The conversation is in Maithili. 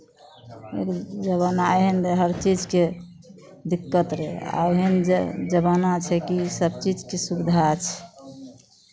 पहिले जमाना एहन रहै हरचीजके दिक्कत रहै आब एहन जमाना छै कि सभचीजके सुविधा छै